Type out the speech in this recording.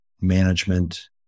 management